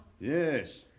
Yes